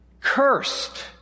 cursed